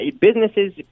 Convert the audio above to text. businesses